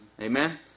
Amen